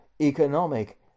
economic